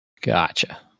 Gotcha